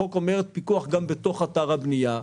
החוק מדבר גם על פיקוח בתוך אתר הבנייה.